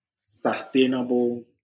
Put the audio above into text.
sustainable